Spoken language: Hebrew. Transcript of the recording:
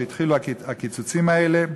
כשהתחילו הקיצוצים האלה,